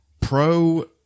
pro